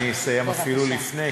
ואני אסיים אפילו לפני,